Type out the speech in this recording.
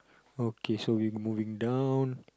okay so we moving down